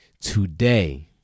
Today